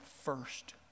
first